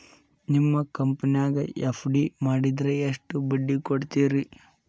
ನಿಮ್ಮ ಕಂಪನ್ಯಾಗ ಎಫ್.ಡಿ ಮಾಡಿದ್ರ ಎಷ್ಟು ಬಡ್ಡಿ ಕೊಡ್ತೇರಿ?